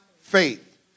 faith